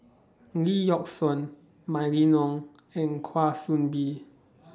Lee Yock Suan Mylene Ong and Kwa Soon Bee